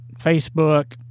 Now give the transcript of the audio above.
Facebook